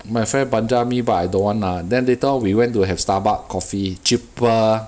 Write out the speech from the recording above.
my friend blanjah me but I don't want lah then later on we went to have Starbucks coffee cheaper